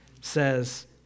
says